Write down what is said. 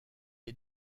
est